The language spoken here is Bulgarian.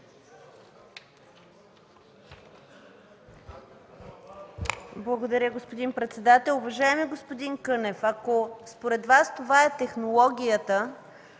Благодаря, господин председател.